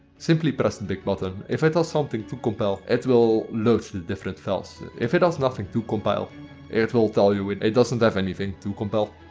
simply press the big button. if it has something to compile it will load the different files. if it has nothing to compile it will tell you it it doesn't have anything to compile.